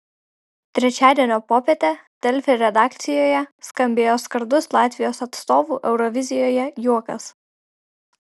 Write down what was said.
trečiadienio popietę delfi redakcijoje skambėjo skardus latvijos atstovų eurovizijoje juokas